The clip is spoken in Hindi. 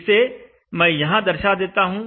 इसे मैं यहां दर्शा देता हूं